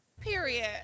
Period